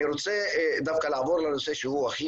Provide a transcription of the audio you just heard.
אני רוצה דווקא לעבור לנושא שהוא הכי